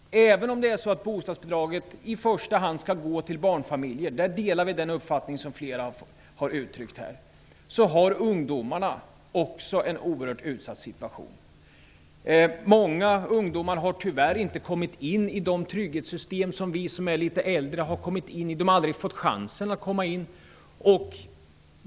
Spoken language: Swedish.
Även om bostadsbidraget i första hand skall gå till barnfamiljer - vi delar den uppfattning som flera har uttryckt här - har ungdomarna också en oerhört utsatt situation. Många ungdomar har tyvärr inte kommit in i de trygghetssystem som vi som är litet äldre har kommit in i, de har aldrig fått chansen.